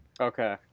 Okay